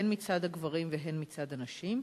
הן מצד הגברים והן מצד הנשים?